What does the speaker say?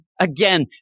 again